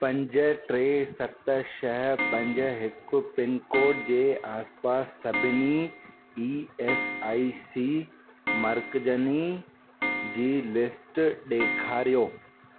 पंज टे सत छह पंज हिकु पिनकोड जे आसपास सभिनी ई एस आई सी मर्कज़नी जी लिस्ट ॾेखारियो